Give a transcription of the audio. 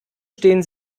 stehen